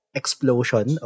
explosion